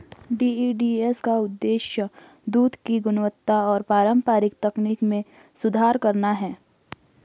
DEDS का उद्देश्य दूध की गुणवत्ता और पारंपरिक तकनीक में सुधार करना है